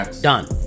done